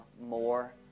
more